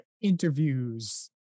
interviews